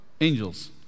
angels